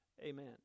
Amen